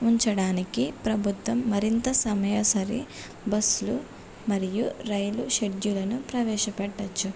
ఉంచడానికి ప్రభుత్వం మరింత సమయ సరి బస్సులు మరియు రైలు షెడ్యూలను ప్రవేశపెట్టవచ్చు